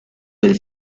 del